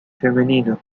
femeninos